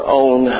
own